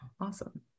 awesome